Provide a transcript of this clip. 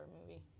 movie